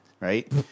right